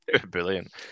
Brilliant